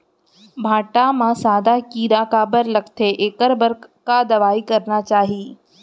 भांटा म सादा कीरा काबर लगथे एखर बर का दवई करना चाही?